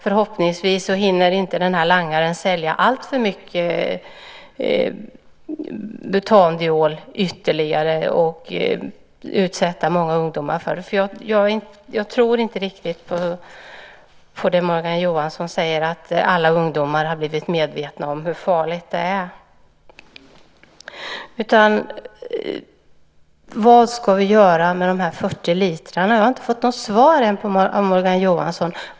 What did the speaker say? Förhoppningsvis hinner inte langaren sälja alltför mycket butandiol ytterligare och utsätta många ungdomar för det. Jag tror inte riktigt på det som Morgan Johansson säger, att alla ungdomar har blivit medvetna om hur farligt det är. Vad ska man göra med de 40 literna? Jag har inte fått något svar på det än av Morgan Johansson.